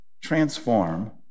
transform